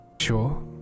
Sure